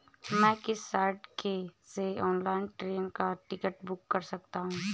मैं किस साइट से ऑनलाइन ट्रेन का टिकट बुक कर सकता हूँ?